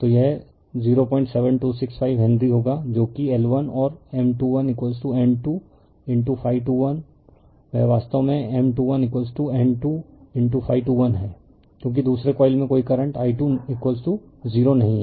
तो यह 07265 हेनरी होगा जो कि L1 और M21N2∅21 वह वास्तव में M21N2∅21 है क्योंकि दूसरे कॉइल में कोई करंट i2 0 नहीं है